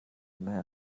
амиа